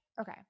okay